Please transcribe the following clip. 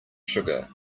sugar